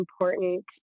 important